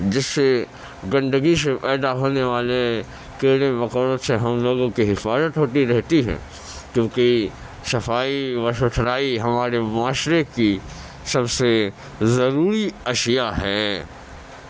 جس سے گندگی سے پیدا ہونے والے کیڑے مکوڑوں سے ہم لوگوں کی حفاظت ہوتی رہتی ہے کیونکہ صفائی و ستھرائی ہمارے معاشرے کی سب سے ضروری اشیاء ہے